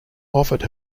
offered